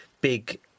big